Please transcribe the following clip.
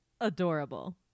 Adorable